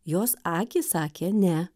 jos akys sakė ne